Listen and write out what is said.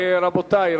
רבותי.